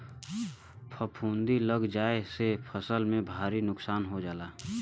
फफूंदी लग जाये से फसल के भारी नुकसान हो जाला